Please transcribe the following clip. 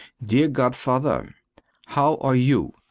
dear godfather how are you?